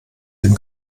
dem